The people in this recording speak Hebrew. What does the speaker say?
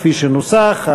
כפי שנוסח,